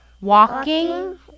walking